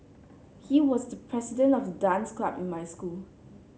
he was the president of the dance club in my school